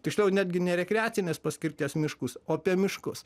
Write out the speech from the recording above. tiksliau netgi ne rekreacinės paskirties miškus o apie miškus